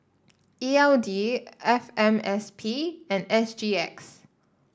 E L D F M S P and S G X